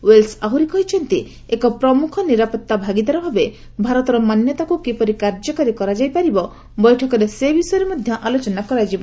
Wales ଆହୁରି କହିଛନ୍ତି ଏକ ପ୍ରମୁଖ ନିରାପତ୍ତା ଭାଗିଦାର ଭାବେ ଭାରତର ମାନ୍ୟତାକୁ କିପରି କାର୍ଯ୍ୟକାରୀ କରାଯାଇପାରିବ ବୈଠକରେ ସେ ବିଷୟରେ ମଧ୍ୟ ଆଲୋଚନା କରାଯିବ